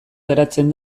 geratzen